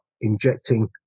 injecting